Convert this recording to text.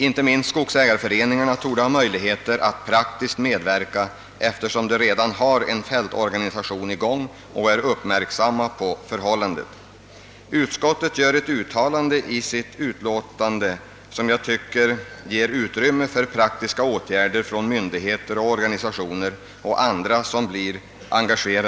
Inte minst skogsägarföreningarna bör där ha möjligheter att medverka praktiskt, eftersom de redan har en fältorganisation i arbete och är uppmärksamma på förhållandena. Utskottet gör ett uttalande i utlåtandet, som jag tycker ger utrymme för praktiska åtgärder från myndigheter och organisationer och andra intresserade parter.